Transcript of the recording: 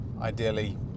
ideally